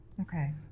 Okay